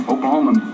Oklahoma